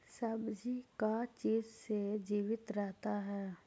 सब्जी का चीज से जीवित रहता है?